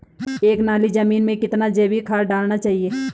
एक नाली जमीन में कितना जैविक खाद डालना चाहिए?